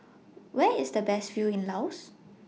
Where IS The Best View in Laos